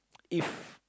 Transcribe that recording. if